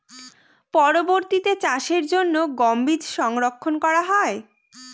পরবর্তিতে চাষের জন্য গম বীজ সংরক্ষন করা হয়?